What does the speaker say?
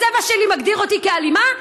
הצבע שלי מגדיר אותי כאלימה?